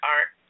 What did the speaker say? Art